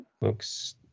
looks